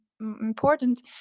important